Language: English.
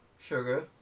sugar